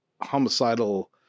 homicidal